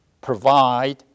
provide